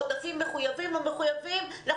עודפים מחויבים או לא מחויבים ואנחנו